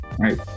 right